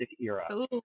era